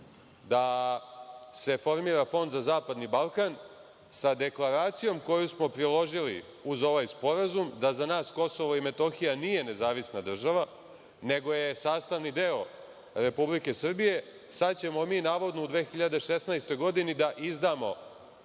da se formira fond za zapadni Balkan, sa deklaracijom koju smo priložili uz ovaj sporazum, da za nas Kosovo i Metohija nije nezavisna država, nego je sastavni deo Republike Srbije, sada ćemo mi navodno u 2016. godini da izdamo